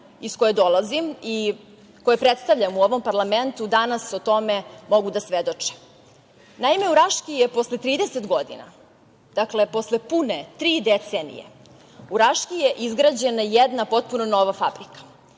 iz koje dolazim i koje predstavljam u ovom parlamentu danas o tome mogu da svedoče. Naime, u Raški je posle 30 godine, dakle posle pune tri decenije, u Raški je izgrađena jedna potpuno nova fabrika